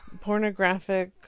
pornographic